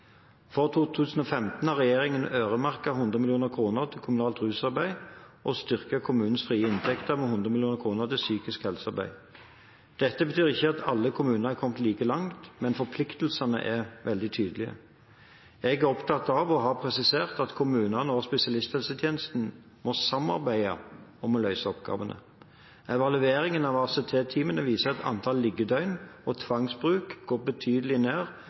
2015 har regjeringen øremerket 100 mill. kr til kommunalt rusarbeid og styrket kommunenes frie inntekter med 100 mill. kr til psykisk helsearbeid. Dette betyr ikke at alle kommuner har kommet like langt, men forpliktelsene er veldig tydelige. Jeg er opptatt av og har presisert at kommunene og spesialisthelsetjenesten må samarbeide om å løse oppgavene. Evalueringen av ACT-teamene viser at antall liggedøgn og tvangsbruk går betydelig ned